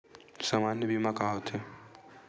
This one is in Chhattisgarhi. सामान्य बीमा का होथे?